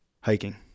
Hiking